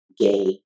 gay